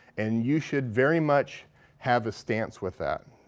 and you should very much have a stance with that.